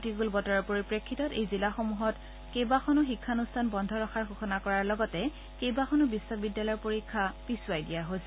প্ৰতিকূল বতৰৰ পৰিপ্ৰেক্ষিতত এই জিলাসমূহৰ কেইবাখনো শিক্ষানুষ্ঠান বন্ধ ৰখাৰ ঘোষণা কৰাৰ লগতে কেইবাখনো বিশ্ববিদ্যালয়ৰ পৰীক্ষা পিছুৱাই দিয়া হৈছে